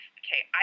okay